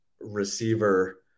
receiver